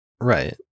Right